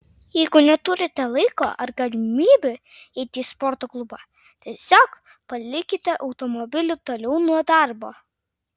jeigu neturite laiko ar galimybių eiti į sporto klubą tiesiog palikite automobilį toliau nuo darbo